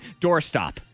doorstop